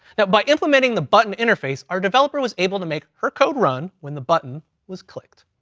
but by implementing the button interface, our developer was able to make her code run when the button was clicked.